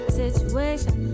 situation